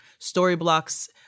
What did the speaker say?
storyblocks